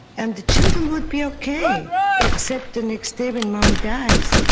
and the children would be ok, except the next day when mummy dies,